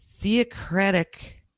theocratic